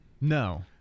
No